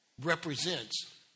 represents